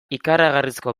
ikaragarrizko